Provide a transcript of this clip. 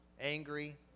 angry